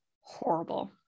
horrible